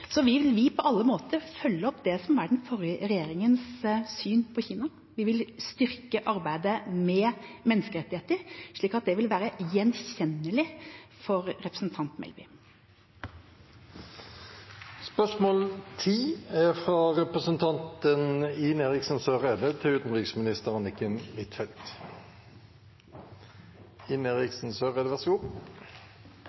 Vi vil på alle måter følge opp det som er den forrige regjeringas syn på Kina, vi vil styrke arbeidet med menneskerettigheter, slik at det vil være gjenkjennelig for representanten Melby. Før spørsmålet vil jeg også benytte anledningen til å ønske Anniken Huitfeldt